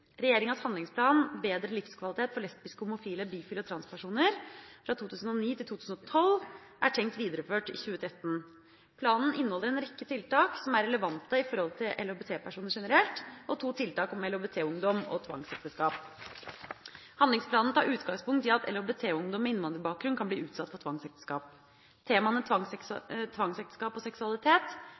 Regjeringas handlingsplan «Bedre livskvalitet for lesbiske, homofile, bifile og transpersoner» for 2009–2012 er tenkt videreført i 2013. Planen inneholder en rekke tiltak som er relevante når det gjelder LHBT-personer generelt, og to tiltak som gjelder LHBT-ungdom og tvangsekteskap. Handlingsplanen tar utgangspunkt i at LHBT-ungdom med innvandrerbakgrunn kan bli utsatt for tvangsekteskap. Temaene tvangsekteskap og seksualitet